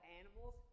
animals